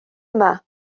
yma